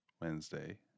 Wednesday